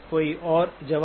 कोई और जवाब